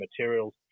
materials